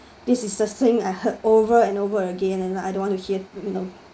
this is the thing I heard over and over again and I don't want to hear you know